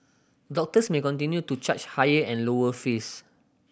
doctors may continue to charge higher and lower fees